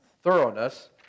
thoroughness